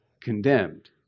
condemned